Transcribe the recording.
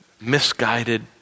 misguided